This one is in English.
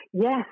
Yes